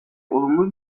olumlu